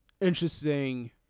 Interesting